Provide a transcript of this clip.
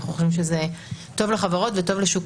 אנחנו חושבים שזה טוב לחברות וטוב לשוק